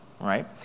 right